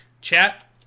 Chat